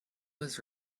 was